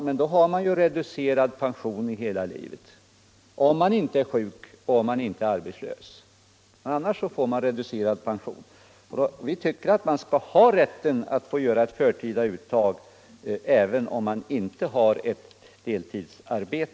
Men då har man ju reducerat sin pension för hela livet, 105 om man inte är sjuk eller arbetslös. Vi tycker att man bör ha rätten att göra ett förtida uttag, även om man inte har heltidsarbete.